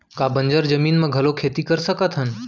का बंजर जमीन म घलो खेती कर सकथन का?